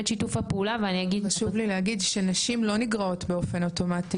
שיתוף הפעולה --- חשוב לי להגיד שנשים לא נגרעות באופן אוטומטי,